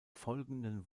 folgenden